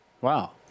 Wow